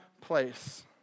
place